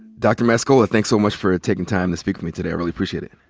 dr. mascola, thanks so much for taking time to speak with me today, i really appreciate it.